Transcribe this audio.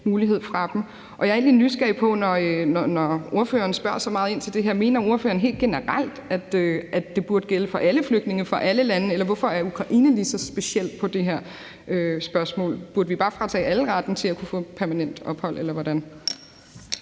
tage fra dem. Jeg er egentlig nysgerrig på, når nu ordføreren spørger så meget ind til det her, om ordføreren helt generelt mener, at det burde gælde for alle flygtninge fra alle lande – eller hvorfor er lige netop Ukraine så specielt i forhold til det her spørgsmål? Burde vi bare fratage alle retten til at kunne få permanent ophold, eller hvordan